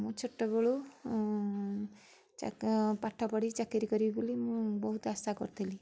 ମୁଁ ଛୋଟବେଳୁ ଚ ପାଠ ପଢ଼ି ଚାକିରି କରିବି ବୋଲି ମୁଁ ବହୁତ ଆଶା କରିଥିଲି